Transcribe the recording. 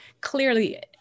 clearly